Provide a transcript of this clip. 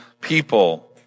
people